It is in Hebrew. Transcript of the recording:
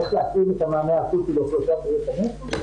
איך להפעיל את המענה האקוטי לאוכלוסיית בריאות הנפש.